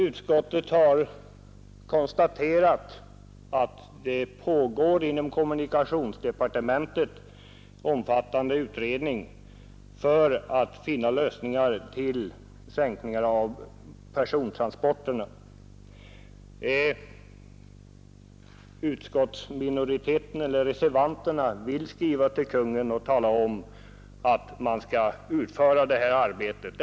Utskottet har konstaterat att det inom kommunikationsdepartementet pågår omfattande utredning för att finna lösningar på problemet att åstadkomma sänkningar av kostnaderna för persontransporterna. Utskottsminoriteten eller reservanterna vill skriva till Kungl. Maj:t och tala om att man skall utföra det här arbetet.